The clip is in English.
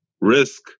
Risk